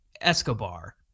Escobar